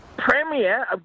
Premier